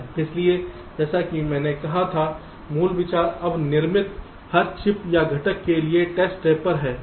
इसलिए जैसा कि मैंने कहा था मूल विचार अब निर्मित हर चिप या घटक के लिए टेस्ट रैपर है